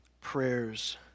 prayers